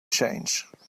change